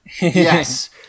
Yes